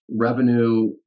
revenue